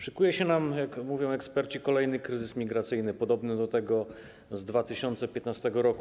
Szykuje się nam, jak mówią eksperci, kolejny kryzys migracyjny podobny do tego z 2015 r.